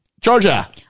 Georgia